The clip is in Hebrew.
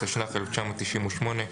התשנ"ח-1998,